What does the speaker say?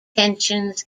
pensions